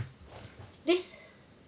this